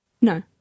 No